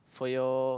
for your